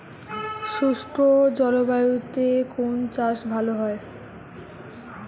শুষ্ক জলবায়ুতে কোন চাষ ভালো হয়?